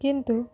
କିନ୍ତୁ